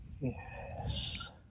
Yes